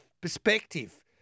perspective